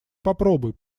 попробуй